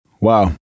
Wow